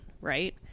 right